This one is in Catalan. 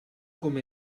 com